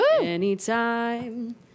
anytime